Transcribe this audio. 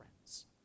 friends